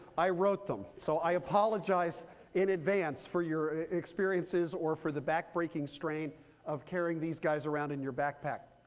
i wrote them. so i apologize in advance for your experiences or for the back-breaking strain of carrying these guys around in your backpack.